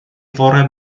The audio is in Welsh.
fore